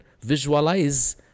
visualize